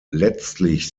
letztlich